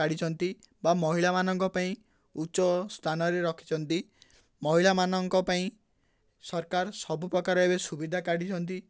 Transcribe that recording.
କାଢ଼ିଛନ୍ତି ବା ମହିଳାମାନଙ୍କ ପାଇଁ ଉଚ୍ଚ ସ୍ଥାନରେ ରଖିଛନ୍ତି ମହିଳାମାନଙ୍କ ପାଇଁ ସରକାର ସବୁପ୍ରକାର ଏବେ ସୁବିଧା କାଢ଼ିଛନ୍ତି